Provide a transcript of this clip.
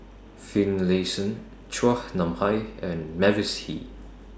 Finlayson Chua Nam Hai and Mavis Hee